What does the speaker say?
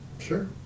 Sure